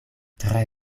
tre